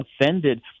offended